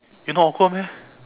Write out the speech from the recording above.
you not awkward meh